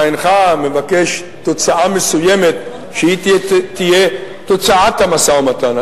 אתה אינך מבקש שתוצאה מסוימת תהיה תוצאת המשא-ומתן,